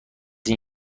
این